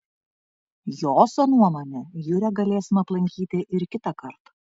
joso nuomone jūrę galėsim aplankyti ir kitąkart